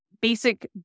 Basic